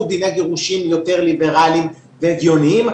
דיני גירושים יותר ליברליים והגיוניים,